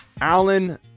Allen